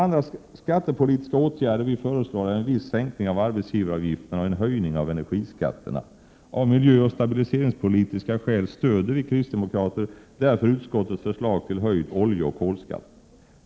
Andra skattepolitiska åtgärder vi föreslår är en viss sänkning av arbetsgivaravgifterna och en höjning av energiskatterna. Av miljöoch stabiliseringspolitiska skäl stöder vi kristdemokrater därför utskottets förslag till höjd oljeoch kolskatt.